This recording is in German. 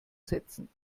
setzen